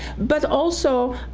but also,